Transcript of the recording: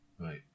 right